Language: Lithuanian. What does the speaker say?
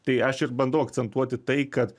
tai aš ir bandau akcentuoti tai kad